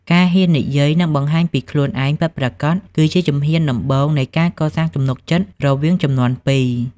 ការហ៊ាននិយាយ និងបង្ហាញពីខ្លួនឯងពិតប្រាកដ គឺជាជំហានដំបូងនៃការកសាងទំនុកចិត្តរវាងជំនាន់ពីរ។